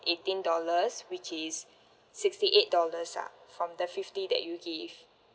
eighteen dollars which is sixty eight dollars ah from the fifty that you give